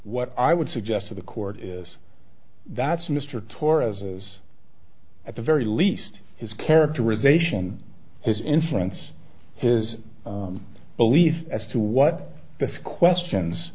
what i would suggest to the court is that's mr torres at the very least his characterization his influence his belief as to what if questions